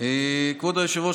כבוד היושב-ראש,